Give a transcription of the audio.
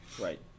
Right